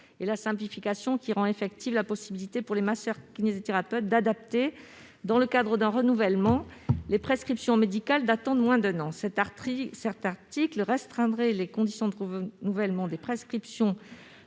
et la simplification, qui rend effective la possibilité pour les masseurs-kinésithérapeutes d'adapter, dans le cadre d'un renouvellement, les prescriptions médicales datant de moins d'un an. Cet article restreindrait les conditions de renouvellement des prescriptions par